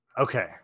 Okay